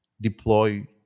deploy